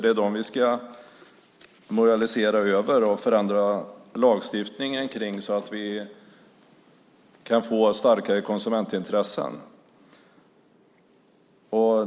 Det är dem vi ska moralisera över och förändra lagstiftningen kring så att vi kan få starkare konsumentintressen.